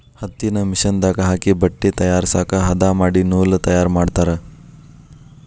ಹತ್ತಿನ ಮಿಷನ್ ದಾಗ ಹಾಕಿ ಬಟ್ಟೆ ತಯಾರಸಾಕ ಹದಾ ಮಾಡಿ ನೂಲ ತಯಾರ ಮಾಡ್ತಾರ